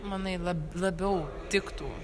manai lab labiau tiktų